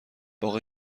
باغ